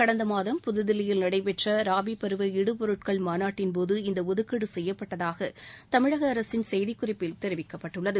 கடந்த மாதம் புதுதில்லியில் நடைபெற்ற ராபி பருவ இடுபொருட்கள் மாநாட்டின்போது இந்த ஒதுக்கீடு செய்யப்பட்டதாக தமிழக அரசின் செய்திக் குறிப்பில் தெரிவிக்கப்பட்டுள்ளது